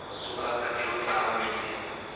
सुखा प्रतिरोध कामा मिलथे?